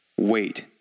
wait